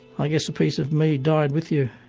i guess a piece of me died with you